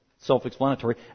self-explanatory